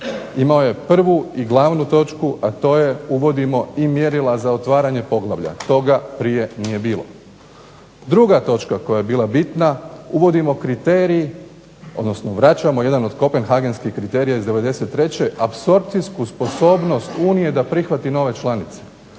Imao je prvu i glavnu točku a to je uvodimo i mjerila za otvaranje poglavlja, toga prije nije bilo. Druga točka koja je bila bitna, uvodimo kriterij odnosno vraćamo jedan od kopenhagenskih kriterija iz '93., apsorpcijsku sposobnost Unije da prihvati nove članice.